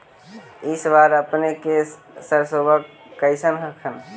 इस बार अपने के सरसोबा कैसन हकन?